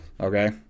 Okay